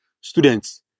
Students